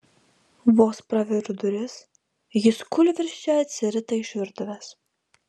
vos praveriu duris jis kūlvirsčia atsirita iš virtuvės